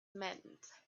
meant